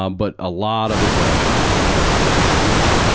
um but a lot of aggression, a lot of aggression, yeah.